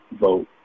vote